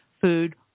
food